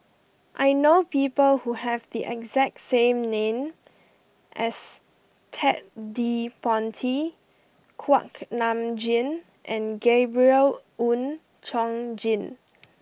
I know people who have the exact same name as Ted De Ponti Kuak Nam Jin and Gabriel Oon Chong Jin